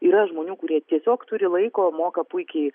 yra žmonių kurie tiesiog turi laiko moka puikiai